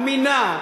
אמינה,